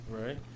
Right